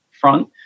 front